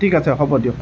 ঠিক আছে হ'ব দিয়ক